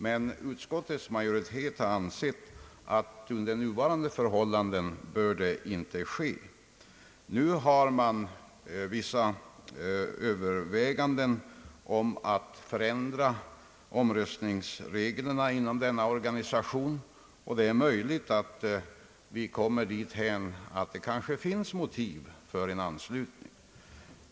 Men utskottets majoritet har ansett att detta inte bör ske under nuvarande förhållanden. Man gör nu vissa överväganden om förändrade omröstningsregler inom IUCN, och det är möjligt att vi kommer dithän att motiv föreligger för en anslutning.